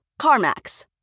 CarMax